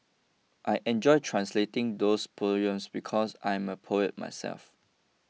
I enjoyed translating those poems because I am a poet myself